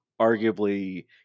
arguably